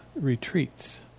retreats